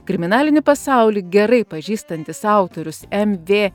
kriminalinį pasaulį gerai pažįstantis autorius m v